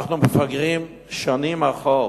אנחנו מפגרים שנים לאחור.